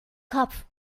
kopf